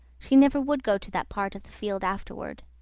she never would go to that part of the field afterward.